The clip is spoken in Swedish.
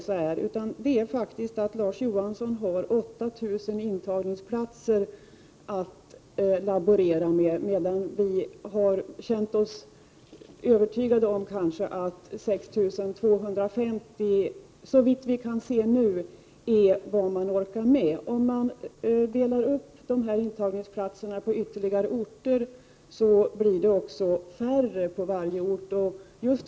Skillnaden är snarare att Larz Johansson laborerar med 8 000 intagningsplatser medan vi har känt oss övertygade om att 6 250, såvitt vi nu kan se, är tillräckligt. Om man delar upp dessa intagningsplatser på ytterligare orter blir det dessutom färre på varje 27 Prot. 1988/89:120 ort.